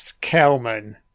Kelman